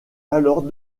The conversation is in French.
alors